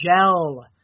gel